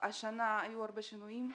השנה היו הרבה שינויים.